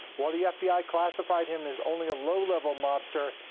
while the yeah fbi classified him as only a low level mobster,